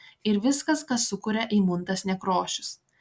ir viskas ką sukuria eimuntas nekrošius